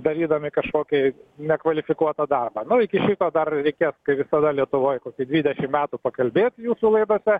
darydami kažkokį nekvalifikuotą darbą nu iki šito dar reikės kai visada lietuvoj kokių dvidešimt metų pakalbėt jūsų laidose